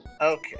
Okay